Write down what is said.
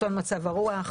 עיתון מצב הרוח.